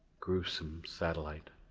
gruesome satellite,